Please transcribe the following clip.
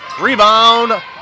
Rebound